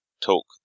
talk